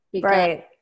Right